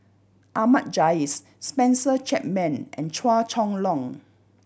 Ahmad Jais Spencer Chapman and Chua Chong Long